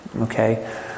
okay